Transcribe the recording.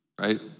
right